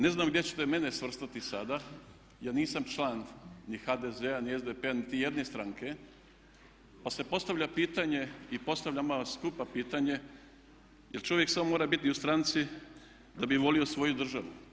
Ne znam gdje ćete mene svrstati sada, ja nisam član ni HDZ-a, ni SDP-a, niti jedne stranke, pa se postavlja pitanje i postavljam vama skupa pitanje je li čovjek samo mora biti u stranci da bi volio svoju državu?